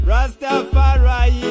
Rastafari